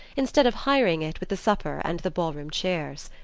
instead of hiring it with the supper and the ball-room chairs.